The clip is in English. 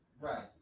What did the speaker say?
right